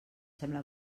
sembla